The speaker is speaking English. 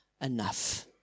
enough